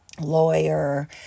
lawyer